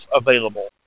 available